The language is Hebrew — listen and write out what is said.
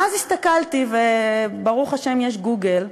ואז הסתכלתי, וברוך השם יש "גוגל",